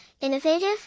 innovative